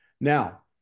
Now